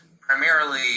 primarily